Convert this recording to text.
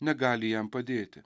negali jam padėti